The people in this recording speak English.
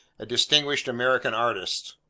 a distinguished american artist.